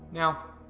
now,